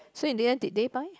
so in the end did they buy